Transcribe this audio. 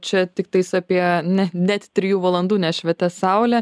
čia tiktais apie ne net trijų valandų nešvietė saulė